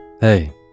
Hey